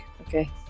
okay